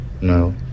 no